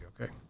okay